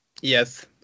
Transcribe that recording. yes